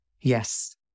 Yes